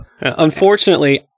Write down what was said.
Unfortunately